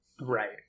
Right